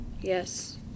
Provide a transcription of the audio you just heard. Yes